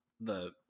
the-